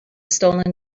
stolen